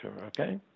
okay